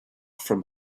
from